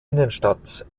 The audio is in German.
innenstadt